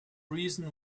reason